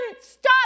stop